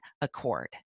accord